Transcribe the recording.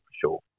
sure